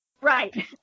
Right